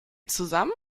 zusammen